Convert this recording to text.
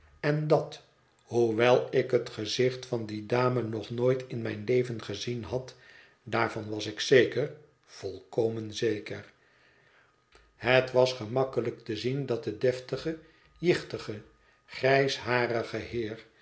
en dat hoewel ik het gezicht van die dame nog nooit in mijn leven gezien had daarvan was ik zeker volkomen zeker het was gemakkelijk te zien dat de deftige jichtige grijsharige heer